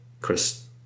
Chris